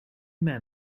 men